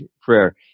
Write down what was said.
prayer